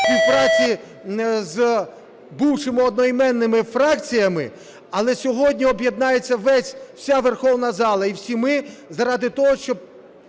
співпраці з бувшими однойменними фракціями, але сьогодні об'єднається вся Верховна Рада зала і всі ми заради того, щоб